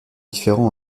différents